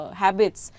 habits